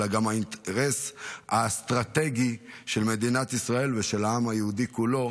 אלא גם האינטרס האסטרטגי של מדינת ישראל ושל העם היהודי כולו,